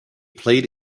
played